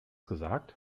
gesagt